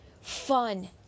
Fun